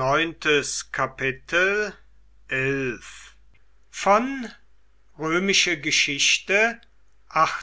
sind